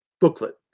booklet